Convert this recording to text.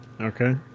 Okay